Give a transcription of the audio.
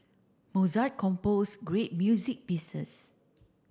Mozart composed great music pieces